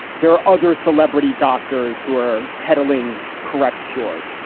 there are other celebrity doctors who are peddling correct cures.